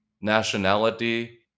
nationality